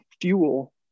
fuel